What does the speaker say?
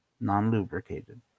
Non-lubricated